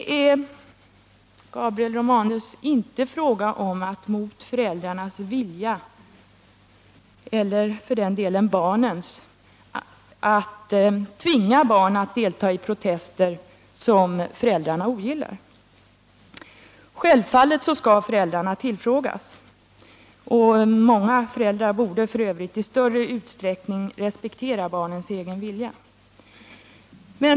Här, Gabriel Romanus, är det inte fråga om att mot föräldrarnas vilja — eller för den delen barnens — tvinga barnen att delta i protester som föräldrarna ogillar. Självfallet skall föräldrarna tillfrågas; många föräldrar borde f. ö. i större utsträckning respektera barnens egen vilja.